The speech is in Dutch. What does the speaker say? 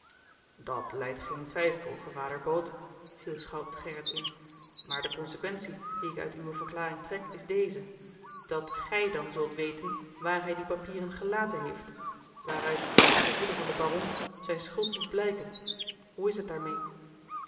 dat lijdt geen twijfel gevader boot viel schout gerrit in maar de consequentie die ik uit uwe verklaring trek is deze dat gij dan zult weten waar hij die papieren gelaten heeft waaruit naar het gevoelen van den baron zijne schuld moet blijken hoe is het daarmeê